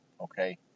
Okay